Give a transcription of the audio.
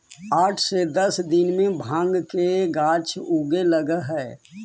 आठ से दस दिन में भाँग के गाछ उगे लगऽ हइ